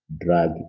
Drug